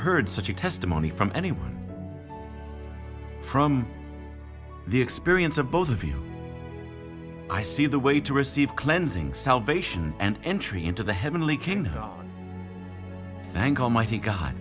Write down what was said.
heard such a testimony from anyone from the experience of both of you i see the way to receive cleansing salvation and entry into the heavenly king who are thank